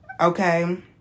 Okay